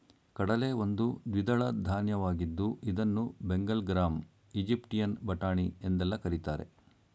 ಕಡಲೆ ಒಂದು ದ್ವಿದಳ ಧಾನ್ಯವಾಗಿದ್ದು ಇದನ್ನು ಬೆಂಗಲ್ ಗ್ರಾಂ, ಈಜಿಪ್ಟಿಯನ್ ಬಟಾಣಿ ಎಂದೆಲ್ಲಾ ಕರಿತಾರೆ